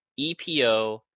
EPO